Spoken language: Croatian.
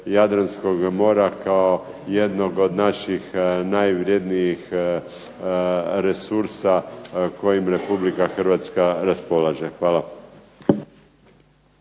Jadranskog mora kao jednog od naših najvrednijih resursa kojim RH raspolaže. Hvala.